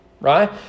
right